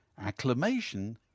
acclamation